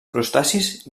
crustacis